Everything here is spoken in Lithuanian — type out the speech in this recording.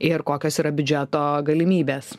ir kokios yra biudžeto galimybės